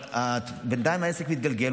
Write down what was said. אבל בינתיים העסק מתגלגל,